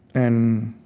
and